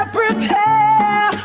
prepare